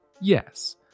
yes